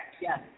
Yes